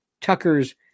Tucker's